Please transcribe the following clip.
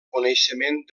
coneixement